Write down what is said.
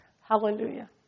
Hallelujah